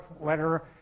letter